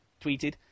Tweeted